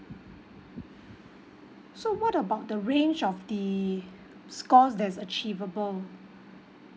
so what about the range of the scores that's achievable